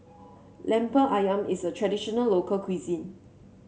Lemper ayam is a traditional local cuisine